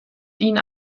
ihnen